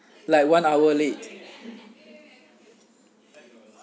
like one hour late